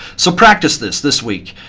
so practice this this week.